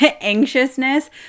anxiousness